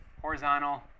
horizontal